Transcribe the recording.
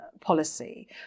policy